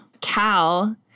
Cal